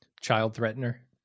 Child-threatener